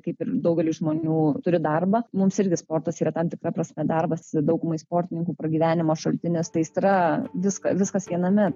kaip ir daugelis žmonių turi darbą mums irgi sportas yra tam tikra prasme darbas ir daugumai sportininkų pragyvenimo šaltinis tai aistra viską viskas viename